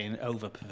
over